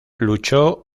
luchó